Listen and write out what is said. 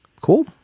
Cool